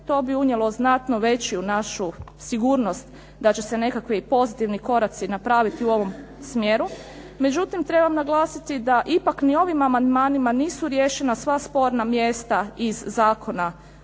To bi unijelo znatno veću našu sigurnost da će se nekakvi pozitivni koraci napraviti u ovom smjeru. Međutim, trebam naglasiti da ipak ni ovim amandmanima nisu riješena sva sporna mjesta iz zakona,